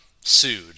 sued